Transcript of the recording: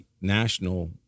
national